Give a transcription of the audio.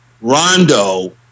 Rondo